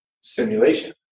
simulation